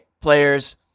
players